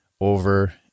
over